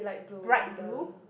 bright blue